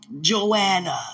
Joanna